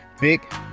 big